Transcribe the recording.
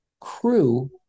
crew